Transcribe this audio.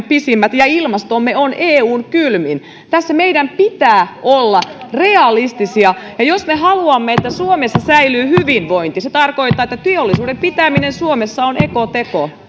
pisimmät ja ilmastomme on eun kylmin tässä meidän pitää olla realistisia jos me haluamme että suomessa säilyy hyvinvointi se tarkoittaa että teollisuuden pitäminen suomessa on ekoteko